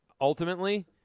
ultimately